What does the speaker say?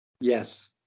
Yes